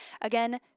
again